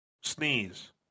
sneeze